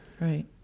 Right